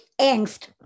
angst